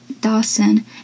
Dawson